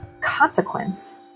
consequence